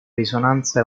risonanza